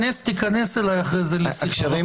תיכנס אלי אחרי זה לשיחה.